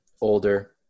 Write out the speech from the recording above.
older